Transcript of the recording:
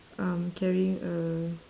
um carrying a